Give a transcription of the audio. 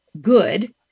good